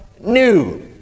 new